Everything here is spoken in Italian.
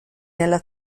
nella